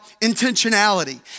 intentionality